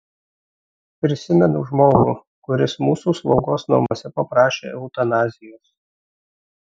prisimenu žmogų kuris mūsų slaugos namuose paprašė eutanazijos